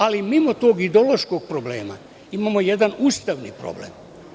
Ali, mimo tog ideološkog problema, imamo jedan ustavni problem.